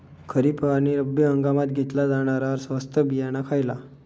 खरीप आणि रब्बी हंगामात घेतला जाणारा स्वस्त बियाणा खयला?